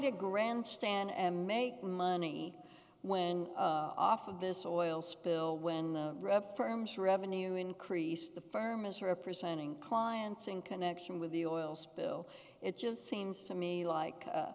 to grandstand and make money when off of this oil spill when the firm's revenue increase the firm is representing clients in connection with the oil spill it just seems to me like